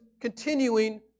continuing